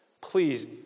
please